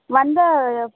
வந்து